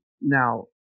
now